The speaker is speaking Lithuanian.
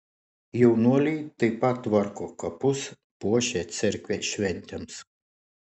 jaunuoliai taip pat tvarko kapus puošia cerkvę šventėms